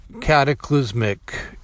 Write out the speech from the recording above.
cataclysmic